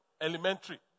elementary